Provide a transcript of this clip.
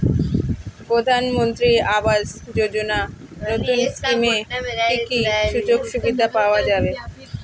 প্রধানমন্ত্রী আবাস যোজনা নতুন স্কিমে কি কি সুযোগ সুবিধা পাওয়া যাবে?